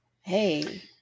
Hey